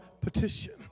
petition